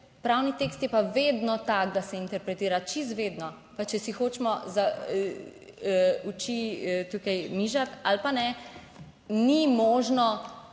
Pravni tekst je pa vedno tako, da se interpretira, čisto vedno, pa če si hočemo oči tukaj mižati ali pa ne, ni možno